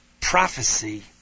prophecy